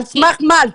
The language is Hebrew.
על סמך מה?